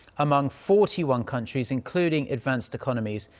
among forty one countries, including advanced economies.